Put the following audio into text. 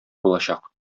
булачак